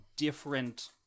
different